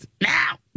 Now